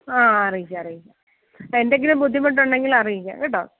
ആ അറിയിക്കാം അറിയിക്കാം എന്തെങ്കിലും ബുദ്ധിമുട്ട് ഉണ്ടെങ്കിൽ അറിയിക്കാം കേട്ടോ